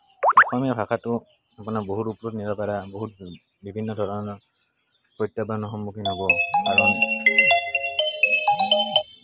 অসমীয়া ভাষাটো আপোনাৰ বহুত ওপৰত নিব পাৰে বহুত বিভিন্ন ধৰণৰ প্ৰত্যাহ্বানৰ সন্মুখীন হ'ব আৰু